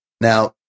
Now